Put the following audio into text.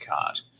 card